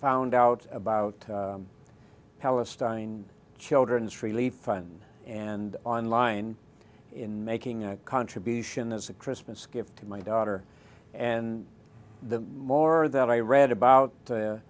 found out about palestine children's free leaf and and online in making a contribution as a christmas gift to my daughter and the more that i read about